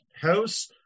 house